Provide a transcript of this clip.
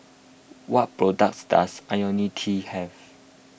what products does Ionil T have